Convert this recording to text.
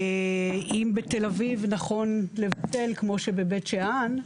אם בתל אביב נכון לבטל, כמו שבבית שאן,